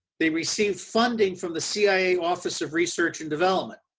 they received funding from the cia office of research and development.